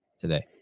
today